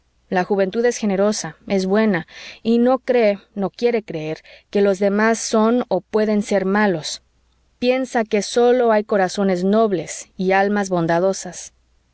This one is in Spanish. la juventud es generosa es buena y no cree no quiere creer que los demás son o pueden ser malos piensa que sólo hay corazones nobles y almas bondadosas